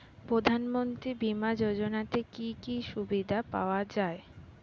প্রধানমন্ত্রী বিমা যোজনাতে কি কি সুবিধা পাওয়া যায়?